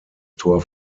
tor